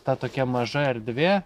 ta tokia maža erdvė